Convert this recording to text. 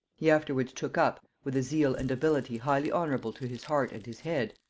he afterwards took up, with a zeal and ability highly honorable to his heart and his head,